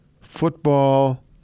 football